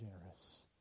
generous